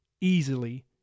easily